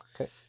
Okay